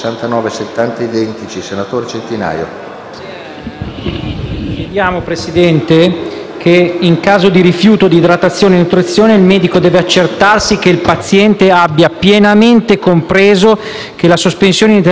Signor Presidente, chiediamo che, in caso di rifiuto di idratazione e nutrizione, il medico debba accertarsi che il paziente abbia pienamente compreso che la sospensione causerà inevitabilmente la sua morte. Deve esserne